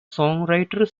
songwriter